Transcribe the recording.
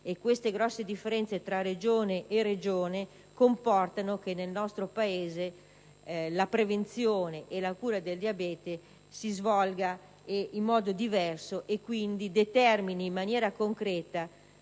di grosse differenze tra Regioni comporta il fatto che nel nostro Paese la prevenzione e la cura del diabete si svolgano in modo diverso e quindi determinino in maniera concreta